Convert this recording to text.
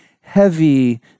heavy